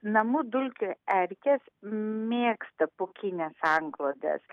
namų dulkių erkės mėgsta pūkines antklodes